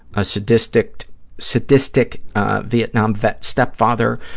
ah sadistic sadistic ah vietnam vet stepfather,